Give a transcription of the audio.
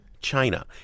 China